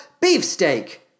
Beefsteak